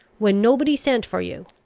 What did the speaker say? when nobody sent for you,